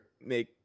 make